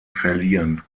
verliehen